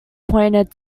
pointed